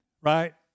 right